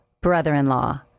brother-in-law